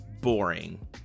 boring